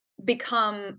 become